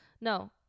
No